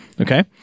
Okay